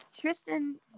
Tristan